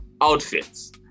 Outfits